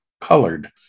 colored